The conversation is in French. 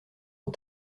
aux